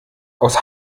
aus